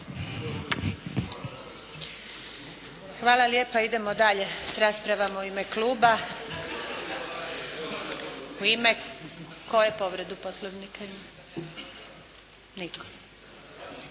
Hvala lijepa. Idemo dalje sa raspravom u ime Kluba. U ime, koji povredu Poslovnika ima? Nitko.